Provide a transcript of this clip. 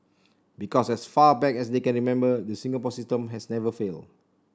because as far back as they can remember the Singapore system has never failed